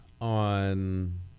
on